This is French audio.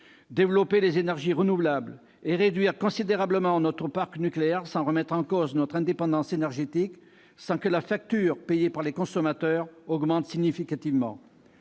développer les énergies renouvelables et réduire considérablement notre parc nucléaire sans remettre en cause notre indépendance énergétique et sans que la facture payée par les consommateurs augmente significativement.